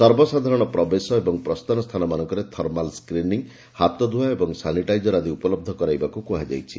ସର୍ବସାଧାରଣ ପ୍ରବେଶ ଓ ପ୍ରସ୍ଥାନ ସ୍ଥାନମାନଙ୍କରେ ଥର୍ମାଲ୍ ସ୍କ୍ରିନିଂ ହାତଧୁଆ ଏବଂ ସାନିଟାଇଜର ଆଦି ଉପଲହ୍ଧ କରିବାକୁ କୁହାଯାଇଛି